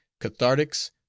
cathartics